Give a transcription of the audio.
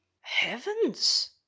heavens